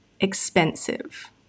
Expensive